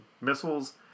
missiles